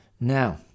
Now